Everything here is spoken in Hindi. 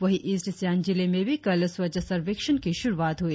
वहीं ईस्ट सियांग जिले में भी कल स्वच्छ सर्वेक्षण की शुरुआत हुई